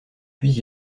puis